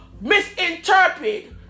misinterpret